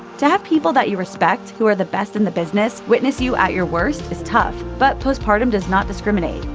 to have people that you respect, who are the best in the business, witness you at your worst is tough. but postpartum does not discriminate.